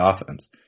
offense